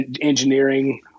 engineering